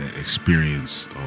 experience